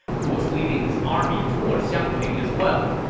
who was leading his army toward xiangping as well.